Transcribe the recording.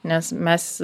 nes mes